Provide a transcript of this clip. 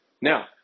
now